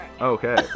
Okay